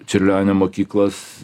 čiurlionio mokyklos